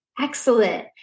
Excellent